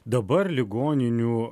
dabar ligoninių